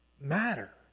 matter